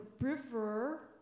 river